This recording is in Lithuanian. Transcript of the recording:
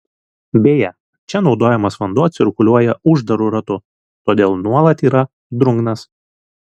beje čia naudojamas vanduo cirkuliuoja uždaru ratu todėl nuolat yra drungnas